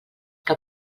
que